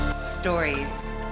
stories